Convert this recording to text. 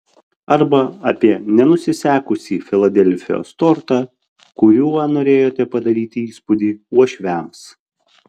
arba apie nenusisekusį filadelfijos tortą kuriuo norėjote padaryti įspūdį uošviams